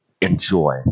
enjoy